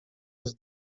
jest